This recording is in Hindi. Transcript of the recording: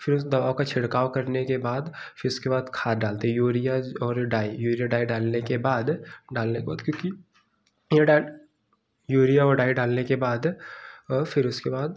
फ़िर उस दवा का छिड़काव करने के बाद फ़िर उसके बाद खाद डालते यूरिया और डाई यूरिया डाई डालने के बाद डालने के बाद क्योंकि यह डाई यूरिया और डाई डालने के बाद और फ़िर उसके बाद